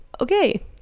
okay